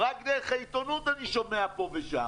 רק דרך העיתונות אני שומע פה ושם,